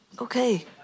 Okay